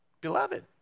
beloved